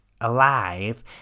alive